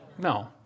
No